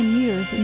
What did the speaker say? years